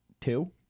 two